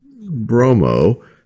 bromo